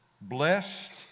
Blessed